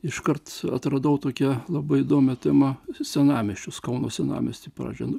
iškart atradau tokia labai įdomią temą senamiesčius kauno senamiestį pradžioj